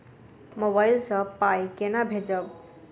Mobile सँ पाई केना भेजब?